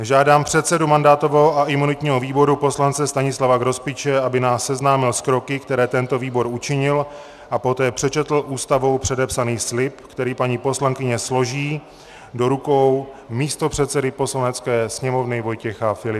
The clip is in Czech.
Žádám předsedu mandátového a imunitního výboru poslance Stanislava Grospiče, aby nás seznámil s kroky, které tento výbor učinil, a poté přečetl Ústavou předepsaný slib, který paní poslankyně složí do rukou místopředsedy Poslanecké sněmovny Vojtěcha Filipa.